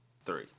three